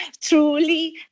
truly